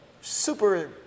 super